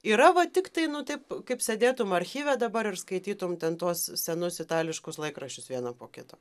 yra va tiktai nu taip kaip sėdėtum archyve dabar ir skaitytum ten tuos senus itališkus laikraščius vieną po kito